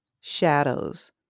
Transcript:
shadows